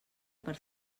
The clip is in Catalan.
per